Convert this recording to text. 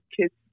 kids